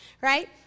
right